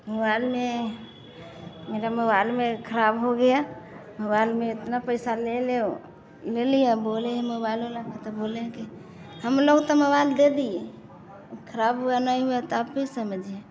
mobile में मेरा mobile में खराब हो गया मुबाइल में इतना पैसा लेय लेऊ ले लिया बोले हैं मुबाइल वाला ह त बोले हैं कि हम लोग त मुबाइल दे दिए खराब हुआ नहीं हुआ त आप ही समझिए